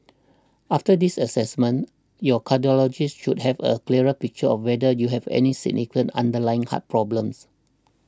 after this assessment your cardiologist should have a clearer picture of whether you have any significant underlying heart problems